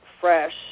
fresh